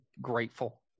grateful